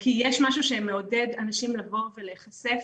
כי יש משהו שמעודד אנשים לבוא ולהיחשף